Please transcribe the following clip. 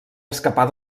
escapar